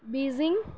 Beijing